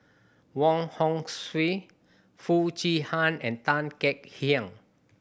Wong Hong Suen Foo Chee Han and Tan Kek Hiang